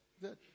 good